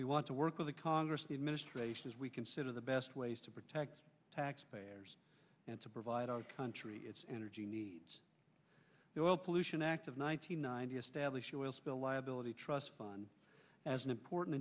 we want to work with the congress the administration as we consider the best ways to protect taxpayers and to provide our country its energy needs the oil pollution act of one nine hundred ninety s stablish oil spill liability trust fund as an important